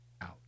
out